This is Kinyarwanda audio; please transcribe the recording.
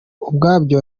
ubwabyo